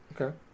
Okay